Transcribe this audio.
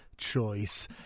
choice